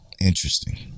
Interesting